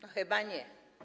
No chyba nie.